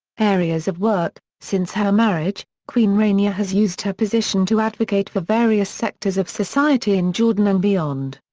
areas of work since her marriage, queen rania has used her position to advocate for various sectors of society in jordan and beyond.